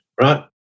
right